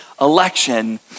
election